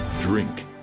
Drink